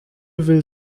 will